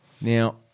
Now-